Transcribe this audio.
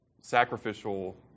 sacrificial